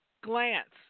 glance